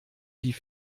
die